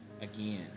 again